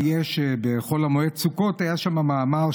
בחול המועד סוכות היה שם מאמר.